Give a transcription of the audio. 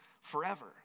forever